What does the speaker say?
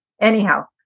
Anyhow